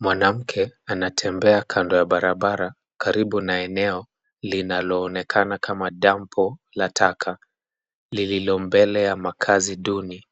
Mwanamke anatembea kando ya barabara karibu na eneo linaloonekana kama dampo la taka, lililo mbele ya makazi duni,